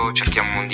cerchiamo